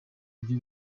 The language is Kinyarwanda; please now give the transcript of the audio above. byo